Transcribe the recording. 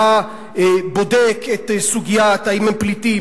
היה בודק האם הם פליטים,